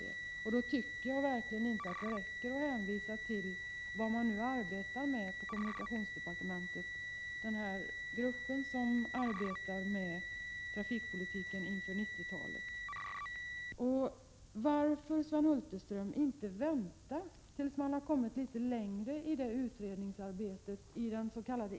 Under sådana förhållanden tycker jag verkligen inte att det räcker att hänvisa till vad man nu arbetar med inom kommunikationsdepartementet, alltså till den grupp som sysslar med trafikpolitiken inför 90-talet. Varför, Sven Hulterström, inte vänta tills man har kommit litet längre i utredningsarbetet inom dens.k.